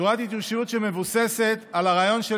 צורת התיישבות שמבוססת על הרעיון של